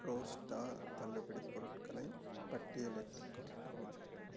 ரோஸ்டா தள்ளுபடிப் பொருட்களை பட்டியலிட்டுக் காட்டவும்